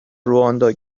رواندا